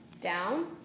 down